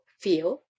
feel